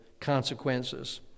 consequences